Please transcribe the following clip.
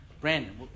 Brandon